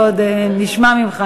ועוד נשמע ממך,